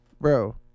Bro